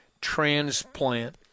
transplant